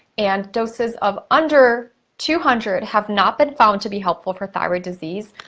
and doses of under two hundred have not been found to be helpful for thyroid disease,